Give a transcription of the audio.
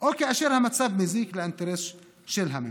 או כאשר המצב מזיק לאינטרס של הממסד.